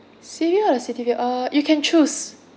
sea view or the city view uh you can choose